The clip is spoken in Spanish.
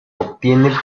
obtiene